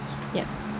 yup